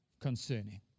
concerning